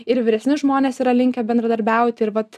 ir vyresni žmonės yra linkę bendradarbiauti ir vat